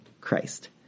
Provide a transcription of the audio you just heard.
Christ